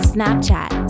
Snapchat